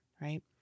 right